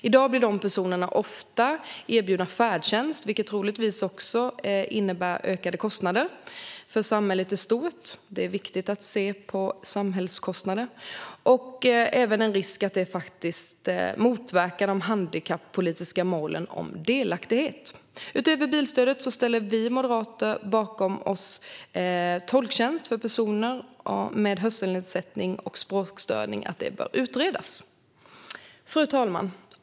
I dag blir de här personerna ofta erbjudna färdtjänst, vilket troligtvis innebär ökade kostnader för samhället i stort - det är viktigt att se på samhällskostnader - och även en risk att det motverkar de handikappolitiska målen om delaktighet. Utöver bilstödet ställer vi moderater oss bakom att tolktjänst för personer med hörselnedsättning och språkstörning bör utredas. Fru talman!